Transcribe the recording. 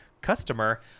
customer